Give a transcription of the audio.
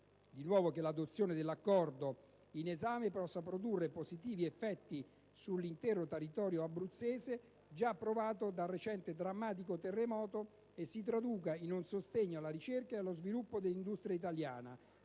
inoltre che l'adozione dell'Accordo in esame possa produrre positivi effetti sull'intero territorio abruzzese, già provato dal recente drammatico terremoto e si traduca in un sostegno alla ricerca e allo sviluppo dell'industria italiana.